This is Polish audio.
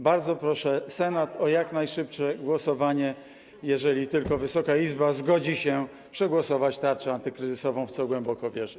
Bardzo proszę Senat o jak najszybsze głosowanie, jeżeli tylko Wysoka Izba zgodzi się przegłosować tarczę antykryzysową, w co głęboko wierzę.